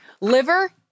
liver